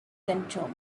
control